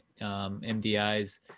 mdi's